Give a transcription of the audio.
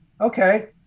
Okay